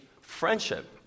friendship